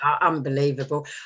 Unbelievable